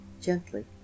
gently